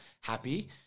happy